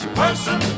person